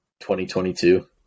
2022